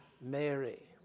Mary